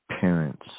parents